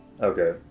okay